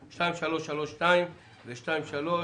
(פ/2332/23),